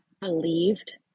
believed